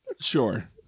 Sure